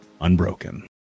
unbroken